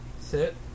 sit